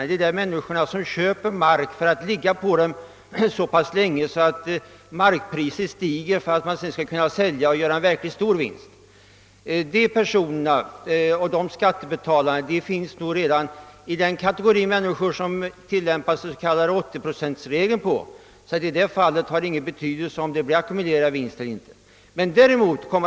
Dessa är sådana människor som köpt upp mark och sedan håller på den tills priserna stigit; då säljer de marken med stora vinster. De skattebetalarna återfinns säkerligen redan nu bland dem som den s.k. 80-procentregeln tilllämpas på. Det har alltså ingen betydelse för dem, om vi tillämpar systemet med ackumulerad vinstbeskattning eller inte.